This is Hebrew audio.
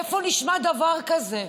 איפה נשמע דבר כזה?